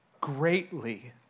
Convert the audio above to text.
greatly